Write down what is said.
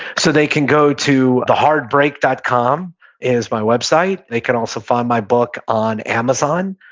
so they can go to thehardbreak dot com is my website. they can also find my book on amazon,